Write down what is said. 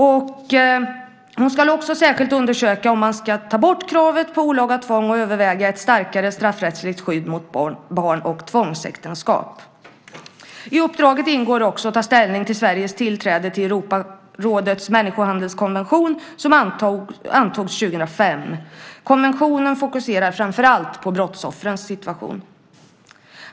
Utredaren ska också särskilt undersöka om man ska ta bort kravet på olaga tvång och överväga ett starkare straffrättsligt skydd mot barn och tvångsäktenskap. I uppdraget ingår också att ta ställning till Sveriges tillträde till Europarådets människohandelskonvention som antogs 2005. Konventionen fokuserar framför allt på brottsoffrens situation.